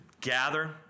gather